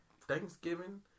Thanksgiving